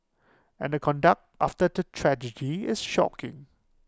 and the conduct after the tragedy is shocking